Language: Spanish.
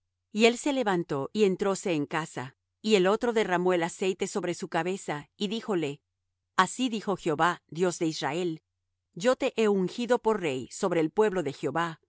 y él se levantó y entróse en casa y el otro derramó el aceite sobre su cabeza y díjole así dijo jehová dios de israel yo te he ungido por rey sobre el pueblo de jehová